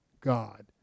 God